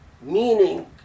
meaning